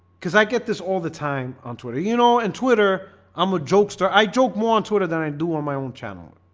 cuz i get this all the time on twitter, you know and twitter. i'm a jokester i joke more on twitter than i do on my own channel.